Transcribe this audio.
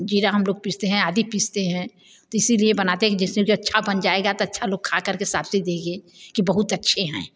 ज़ीरा हम लोग पीसते हैं आदी पीसते हैं तो इसी लिए बनाते हैं जिससे कुछ अच्छा बन जाएगा तो अच्छा लोग खा कर के शाबाशी देंगे कि बहुत अच्छा है